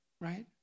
right